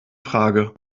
frage